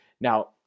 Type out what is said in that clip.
now